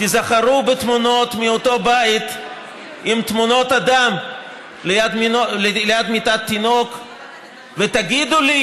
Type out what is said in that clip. תיזכרו בתמונות מאותו בית עם תמונות הדם ליד מיטת תינוק ותגידו לי: